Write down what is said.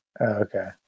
Okay